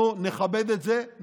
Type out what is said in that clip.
אנחנו נכבד את זה,